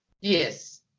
Yes